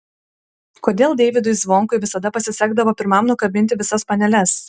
kodėl deivydui zvonkui visada pasisekdavo pirmam nukabinti visas paneles